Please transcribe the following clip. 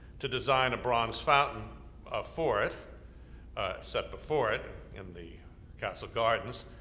to design a bronze fountain for it set before it in the castle gardens,